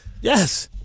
yes